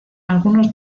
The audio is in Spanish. algunos